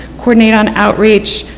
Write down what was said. coordinate on outreach,